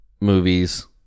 movies